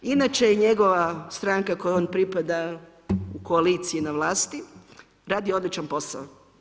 Inače je njegova stranka kojoj on pripada u koaliciji na vlasti radi odličan posao.